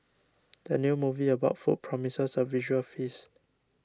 the new movie about food promises a visual feast